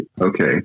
Okay